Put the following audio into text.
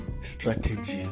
strategy